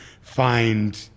find